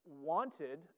wanted